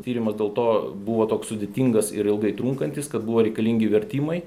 tyrimas dėl to buvo toks sudėtingas ir ilgai trunkantis kad buvo reikalingi vertimai